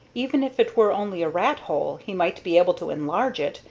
even if it were only a rat-hole, he might be able to enlarge it,